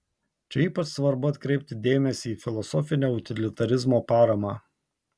čia ypač svarbu atkreipti dėmesį į filosofinę utilitarizmo paramą